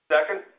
Second